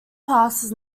passes